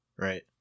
Right